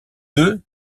deux